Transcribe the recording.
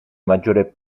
maggiore